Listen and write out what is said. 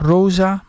Rosa